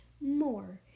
more